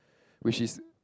which is